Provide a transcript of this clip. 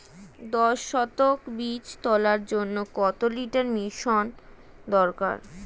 দশ শতক বীজ তলার জন্য কত লিটার মিশ্রন দরকার?